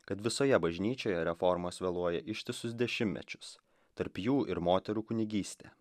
kad visoje bažnyčioje reformos vėluoja ištisus dešimtmečius tarp jų ir moterų kunigystė